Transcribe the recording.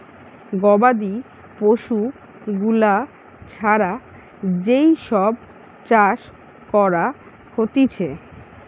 গবাদি পশু গুলা ছাড়া যেই সব চাষ করা হতিছে